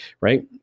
Right